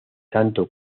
tanto